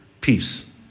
peace